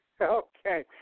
Okay